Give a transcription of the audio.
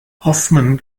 hoffman